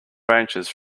branches